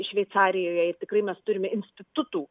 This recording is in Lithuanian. šveicarijoje ir tikrai mes turime institutų